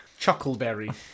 Chuckleberry